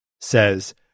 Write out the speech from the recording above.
says